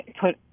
put